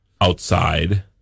outside